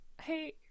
hey